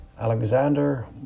Alexander